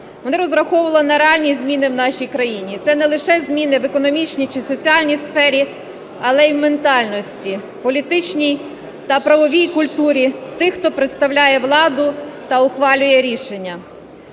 Вони розраховували на реальні зміни в нашій країні. Це не лише зміни в економічній чи соціальній сфері, але і в ментальності, політичній та правовій культурі тих, хто представляє владу та ухвалює рішення.